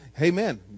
Amen